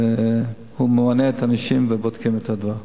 הוא ממנה את האנשים ובודקים את הדבר.